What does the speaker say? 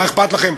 מה אכפת לכם,